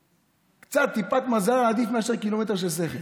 קצת, טיפת מזל, עדיף מאשר קילומטר של שכל.